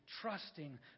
trusting